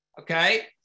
okay